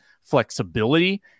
flexibility